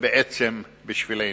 ובעצם בשבילנו.